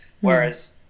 Whereas